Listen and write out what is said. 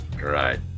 Right